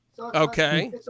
Okay